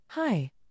Hi